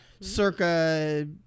Circa